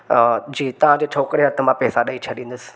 जी तव्हांजे छोकिरे हथ मां पैसा ॾेई छॾींदुसि